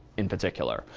in particular.